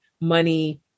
money